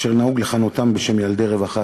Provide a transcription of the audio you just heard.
אשר נהוג לכנותן בשם "ילדי רווחה".